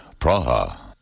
Praha